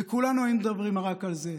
וכולנו היינו מדברים רק על זה.